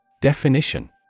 Definition